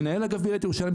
מנהל אגף בעיריית ירושלים,